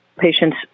patients